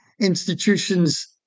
institutions